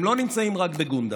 הם לא נמצאים רק בגונדר,